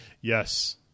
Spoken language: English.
Yes